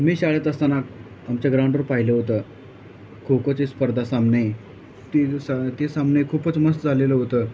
मी शाळेत असताना आमच्या ग्राउंडवर पाहिलं होतं खो खोचे स्पर्धा सामने ती सा ते सामने खूपच मस्त झालेलं होतं